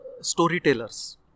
storytellers